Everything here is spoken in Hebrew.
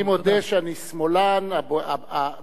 אני מודה שאני שמאלן הדבק